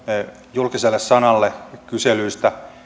julkiselle sanalle kyselyihin